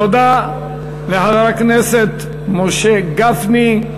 תודה לחבר הכנסת משה גפני.